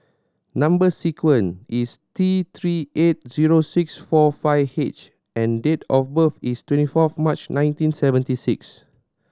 number sequence is T Three two eight zero six four five H and date of birth is twenty fourth March nineteen seventy six